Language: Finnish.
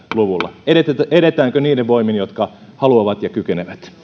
luvulla edetäänkö niiden voimin jotka haluavat ja kykenevät